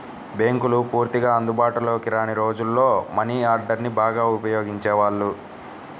బ్యేంకులు పూర్తిగా అందుబాటులోకి రాని రోజుల్లో మనీ ఆర్డర్ని బాగా ఉపయోగించేవాళ్ళు